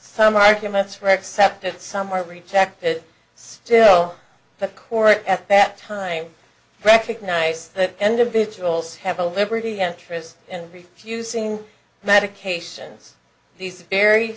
some arguments for accept it some are rejected still the court at that time recognized the individuals have a liberty interest and refusing medications these very